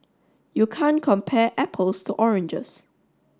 you can't compare apples to oranges